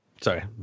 Sorry